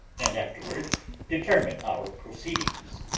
and afterward determine our proceedings.